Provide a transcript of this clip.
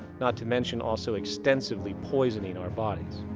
not to mention also extensively poisoning our bodies.